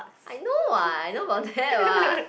I know what I know about that what